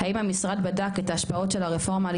האם המשרד בדק את ההשפעות של הרפורמה על